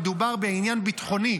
מדובר בעניין ביטחוני.